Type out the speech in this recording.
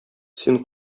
син